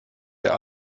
der